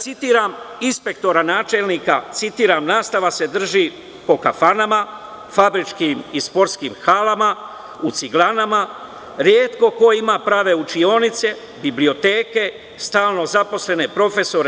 Citiraću inspektora, načelnika – nastava se drži po kafanama, fabričkim i sportskim halama, u ciglanama, retko ko ima prave učionice, biblioteke, stalno zaposlene profesore.